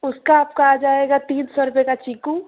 उसका आपका आ जाएगा तीन सौ रुपये का चीकू